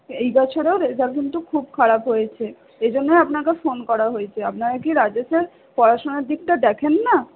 এই বছরেও রেজাল্ট কিন্তু খুব খারাপ হয়েছে এজন্য আপনাকে ফোন করা হয়েছে আপনারা কি রাজেশের পড়াশোনার দিকটা দেখেন না